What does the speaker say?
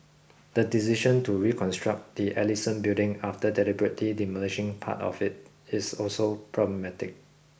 the decision to reconstruct the Ellison Building after deliberately demolishing part of it is also problematic